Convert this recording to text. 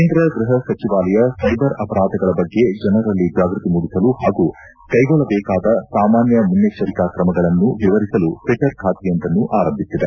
ಕೇಂದ್ರ ಗೃಹ ಸಚಿವಾಲಯ ಸೈಬರ್ ಅಪರಾಧಗಳ ಬಗ್ಗೆ ಜನರಲ್ಲಿ ಜಾಗೃತಿ ಮೂಡಿಸಲು ಹಾಗೂ ಕೈಗೊಳ್ಳಬೇಕಾದ ಸಾಮಾನ್ಯ ಮುನ್ನೆಚ್ಚರಿಕಾ ಕ್ರಮಗಳನ್ನು ವರಿಸಲು ಟ್ವಟರ್ ಖಾತೆಯೊಂದನ್ನು ಆರಂಭಿಸಿದೆ